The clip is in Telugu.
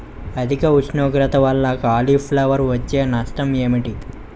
అధిక ఉష్ణోగ్రత వల్ల కాలీఫ్లవర్ వచ్చే నష్టం ఏంటి?